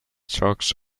sharks